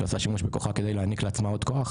שעושה שימוש בכוחה כדי להעניק לעצמה עוד כוח,